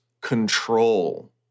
control